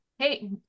Hey